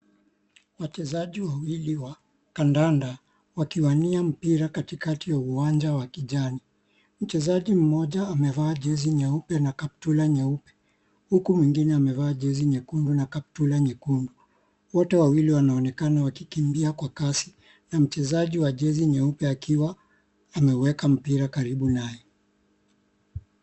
Wachezaji 𝑤awili wa kandanda wakiwania mpira katikati ya uwanja wa kijani . Mchezaji mmoja amevaa jezi nyeupe na kaptura nyeupe huku mwingine amevalia jezi nyekundu na kaptura nyekundu . Wote wawili wanaonekana wakikimbia kwa kasi na mchezaji wa jezi nyeupe akiwa ameweka mpira karibu naye.